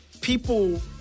people